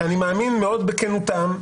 שאני מאמין מאוד בכנותם,